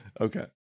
Okay